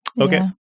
Okay